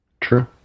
True